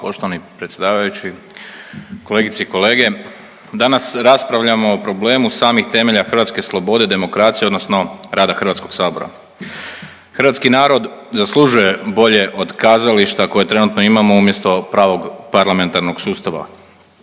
poštovani predsjedavajući. Kolegice i kolege, danas raspravljamo o problemu samih temelja hrvatske slobode i demokracije odnosno rada HS. Hrvatski narod zaslužuje bolje od kazališta koje trenutno imamo umjesto pravog parlamentarnog sustava.